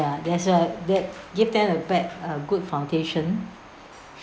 that's why that give them a bett~ uh good foundation